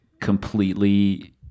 completely